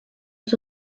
aux